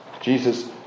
Jesus